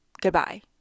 Goodbye